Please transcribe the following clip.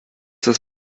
dass